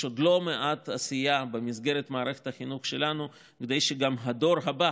יש עוד לא מעט עשייה במסגרת מערכת החינוך שלנו כדי שגם הדור הבא